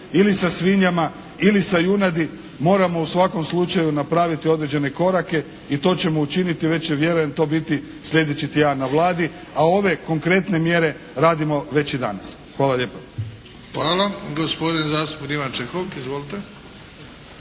Ili sa svinjama, ili sa junadi moramo u svakom slučaju napraviti određene korake i to ćemo učiniti, već će vjerujem to biti slijedeći tjedan na Vladi a ove konkretne mjere radimo već i danas. Hvala lijepa.